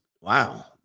Wow